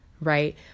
right